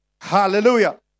Hallelujah